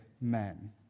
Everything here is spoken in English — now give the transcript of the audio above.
men